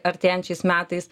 artėjančiais metais